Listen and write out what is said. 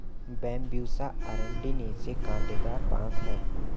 Bambusa अरंडिनेसी काँटेदार बाँस है